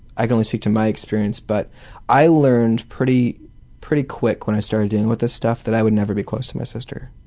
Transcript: i can only speak to my experience, but i learned pretty pretty quick when i started dealing with this stuff that i would never be close to my sister.